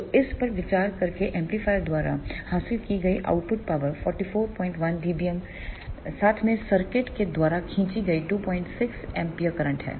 तो इस पर विचार करके एम्पलीफायर द्वारा हासिल की गई आउटपुट पावर 441dbm साथ में सर्किट के द्वारा खींची गई 26 A करंट है